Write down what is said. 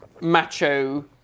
macho